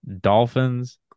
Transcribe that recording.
Dolphins